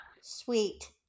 Sweet